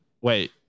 Wait